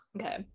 okay